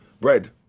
bread